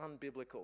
unbiblical